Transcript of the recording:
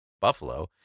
Buffalo